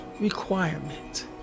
requirement